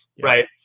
right